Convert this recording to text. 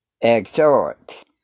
exhort